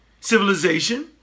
civilization